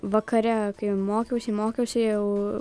vakare kai mokiausi mokiausi jau